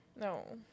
no